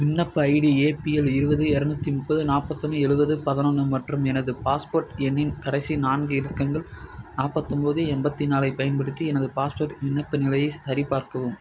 விண்ணப்ப ID APL இருபது இரநூத்தி முப்பது நாற்பத்தொன்னு எழுவது பதினொன்னு மற்றும் எனது பாஸ்போர்ட் எண்ணின் கடைசி நான்கு இலக்கங்கள் நாப்பத்தொம்பது எண்பத்தி நாலைப் பயன்படுத்தி எனது பாஸ்போர்ட் விண்ணப்ப நிலையை சரிபார்க்கவும்